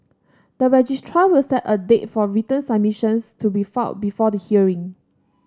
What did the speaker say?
the registrar will set a date for written submissions to be filed before the hearing